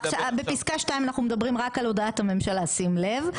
בפסקה 2 אנחנו מדברים רק על הודעת הממשלה שים לב,